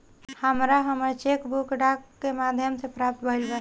हमरा हमर cheque book डाक के माध्यम से प्राप्त भईल बा